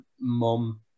mom